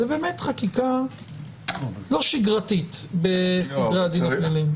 זו באמת חקיקה לא שגרתית בסדרי הדין הפליליים.